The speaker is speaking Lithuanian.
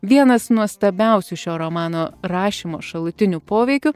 vienas nuostabiausių šio romano rašymo šalutinių poveikių